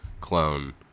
clone